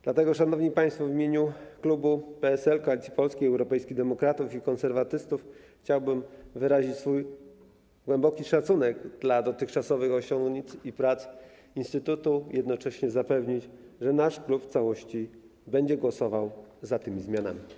Dlatego, szanowni państwo, w imieniu klubu PSL - Koalicji Polskiej i Europejskich Demokratów i Konserwatystów chciałbym wyrazić głęboki szacunek dla dotychczasowych osiągnięć i prac instytutu i jednocześnie zapewnić, że nasz klub w całości będzie głosował za tymi zmianami.